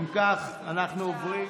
אם כך, אנחנו עוברים